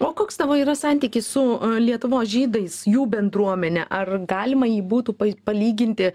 o koks tavo yra santykis su lietuvos žydais jų bendruomene ar galima jį būtų palyginti